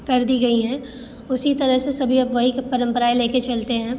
कर दी गई हैं उसी तरह से सभी अब वही परम्पराएं ले के चलते हैं